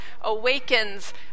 awakens